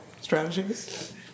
strategies